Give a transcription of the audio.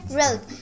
road